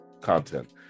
content